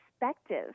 perspective